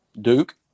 Duke